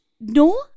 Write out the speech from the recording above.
no